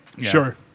sure